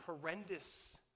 horrendous